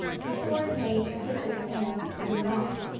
before a maid could attend to the knock,